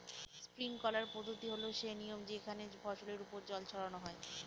sprinkler পদ্ধতি হল সে নিয়ম যেখানে ফসলের ওপর জল ছড়ানো হয়